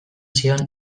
zion